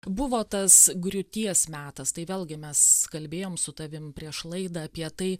buvo tas griūties metas tai vėlgi mes kalbėjom su tavim prieš laidą apie tai